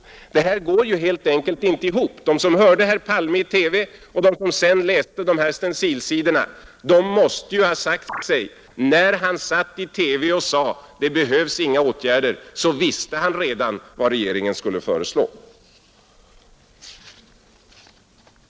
Detta går helt enkelt inte ihop. De som hörde herr Palme i TV och som sedan läste de här stencilsidorna måste ha sagt sig att när han sade i TV att det inte behövs några åtgärder visste han redan vad regeringen skulle föreslå.